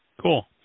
Cool